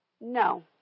no